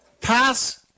pass